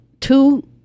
Two